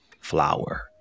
flower